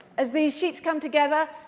as these sheets come together,